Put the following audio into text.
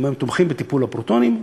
היום הם תומכים בטיפול בפרוטונים,